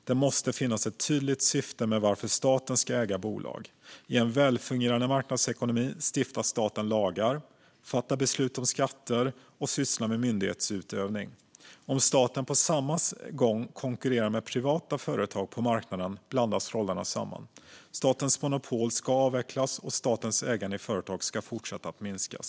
Det måste finnas ett tydligt syfte med att staten ska äga bolag. I en välfungerande marknadsekonomi stiftar staten lagar, fattar beslut om skatter och sysslar med myndighetsutövning. Om staten på samma gång konkurrerar med privata företag på marknaden blandas rollerna samman. Statens monopol ska avvecklas, och statens ägande i företag ska fortsätta att minskas.